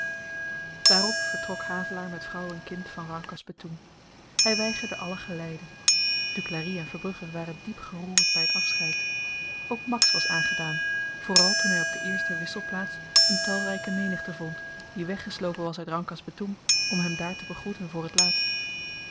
daarop vertrok havelaar met vrouw en kind van rangkas betoeng hy weigerde alle geleide duclari en verbrugge waren diep geroerd by t afscheid ook max was aangedaan vooral toen hy op de eerste wisselplaats eene talryke menigte vond die weggeslopen was uit rangkas betoeng om hem daar te begroeten voor het laatst